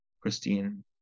Christine